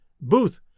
Booth